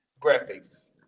graphics